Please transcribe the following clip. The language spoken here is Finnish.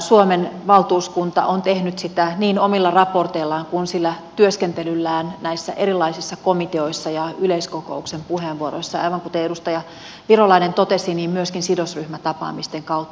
suomen valtuuskunta on tehnyt sitä niin omilla raporteillaan kuin sillä työskentelyllään näissä erilaisissa komiteoissa ja yleiskokouksen puheenvuoroissa aivan kuten edustaja virolainen totesi myöskin sidosryhmätapaamisten kautta